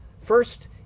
First